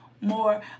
more